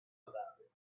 about